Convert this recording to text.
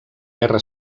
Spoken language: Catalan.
guerra